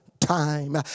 time